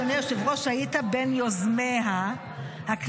אדוני היושב-ראש --- חבר הכנסת שקלים.